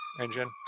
engine